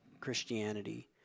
Christianity